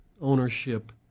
ownership